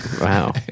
Wow